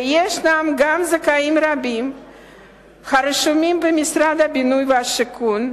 וישנם גם זכאים רבים הרשומים במשרד הבינוי והשיכון.